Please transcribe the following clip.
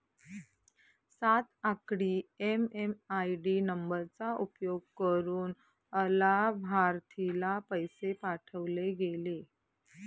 सात आकडी एम.एम.आय.डी नंबरचा उपयोग करुन अलाभार्थीला पैसे पाठवले गेले